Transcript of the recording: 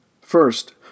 First